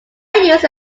use